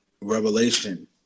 revelation